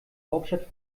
hauptstadt